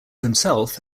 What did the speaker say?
himself